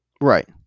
Right